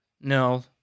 No